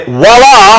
voila